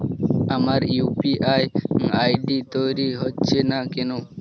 আমার UPI ID তৈরি হচ্ছে না কেনো?